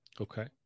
Okay